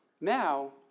Now